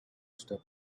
step